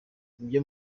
ibyo